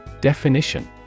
Definition